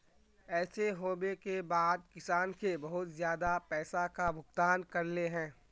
ऐसे होबे के बाद किसान के बहुत ज्यादा पैसा का भुगतान करले है?